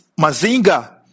Mazinga